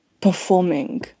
performing